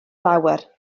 lawer